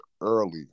early